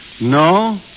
No